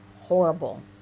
horrible